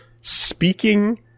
speaking –